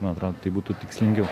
nu atrodo tai būtų tikslingiau